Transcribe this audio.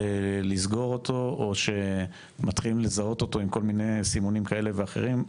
לסגור אותו או שמתחילים לזהות אותו עם כל מיני סימונים כאלה ואחרים.